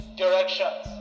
directions